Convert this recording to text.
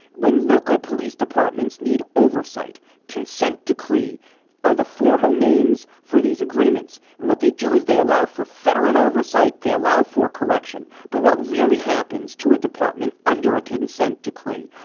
when local police departments need oversight consent decree or the formal names for these agreements and what they do is they allow for federal oversight. they allow for correction. but what really happens to a department under a consent decree?